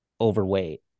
overweight